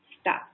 stuck